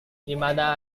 dimana